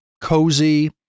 cozy